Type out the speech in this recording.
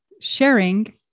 sharing